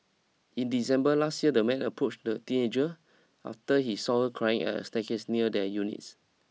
in December last year the man approached the teenager after he saw her crying at a staircase near their units